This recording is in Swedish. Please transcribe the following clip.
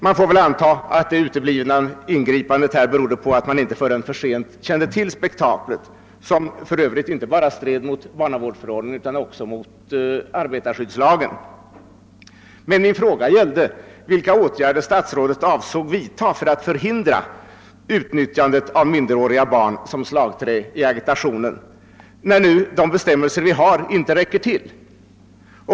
Man får väl anta att det uteblivna ingripandet berodde på att man inte förrän för sent kände till spektaklet, som för övrigt inte bara stred mot barnavårdslagen utan också mot arbetarskyddslagen. Min fråga gällde emellertid vilka åtgärder statsrådet avsåg vidta för att förhindra utnyttjandet av minderåriga som slagträ i agitationen, när nu de bestämmelser vi har inte räcker till.